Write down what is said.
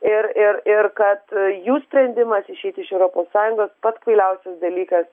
ir ir ir kad jų sprendimas išeiti iš europos sąjungos pats kvailiausias dalykas